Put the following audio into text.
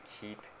keep